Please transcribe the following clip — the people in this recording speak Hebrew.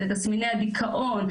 לתסמיני הדיכאון,